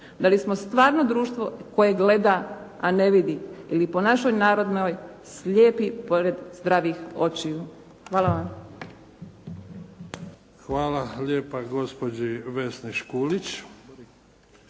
Da li smo stvarno društvo koje gleda a ne vidi ili po našoj narodnoj slijepi pored zdravih očiju. Hvala vam. **Mimica, Neven (SDP)** Hvala lijepa gospođi Vesni Škulić.